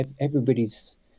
everybody's